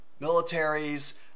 militaries